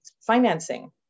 financing